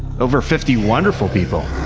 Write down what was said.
over fifty wonderful people.